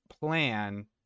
plan